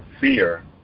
fear